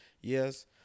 yes